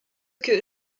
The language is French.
que